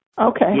Okay